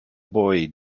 boy